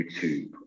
YouTube